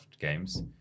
games